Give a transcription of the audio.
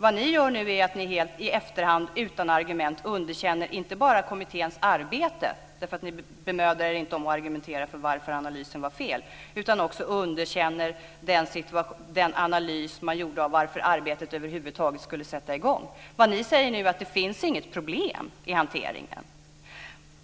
Vad ni gör är att i efterhand inte bara underkänna kommitténs arbete - ni bemödar er inte om att argumentera för varför analysen var fel - utan ni underkänner också den analys man gjorde av varför arbetet över huvud taget skulle sätta i gång. Ni säger att det inte finns något problem i hanteringen.